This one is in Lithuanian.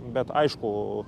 bet aišku